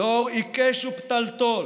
"דור עִקֵש ופתלתֹל,